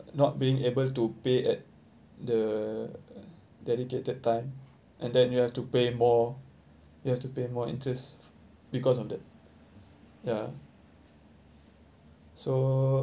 not being able to pay at the dedicated time and then you have to pay more you have to pay more interest because of that ya so